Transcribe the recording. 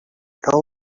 cal